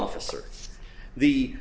officer the